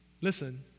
Listen